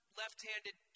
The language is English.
left-handed